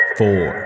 four